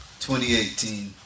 2018